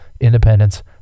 independence